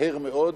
מהר מאוד,